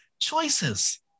Choices